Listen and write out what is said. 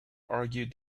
argued